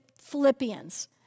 Philippians